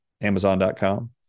Amazon.com